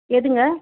எதுங்க